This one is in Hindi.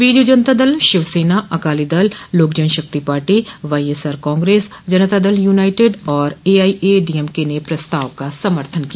Biju Janata Dal Shivsena Akali Dal Lok Janshakti party YSR Congress Janata Dal united और एआईए डीएमके ने प्रस्ताव का समर्थन किया